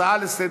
הצעה לסדר-היום,